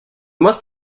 must